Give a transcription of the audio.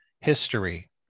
history